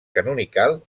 canonical